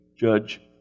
judge